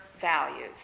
values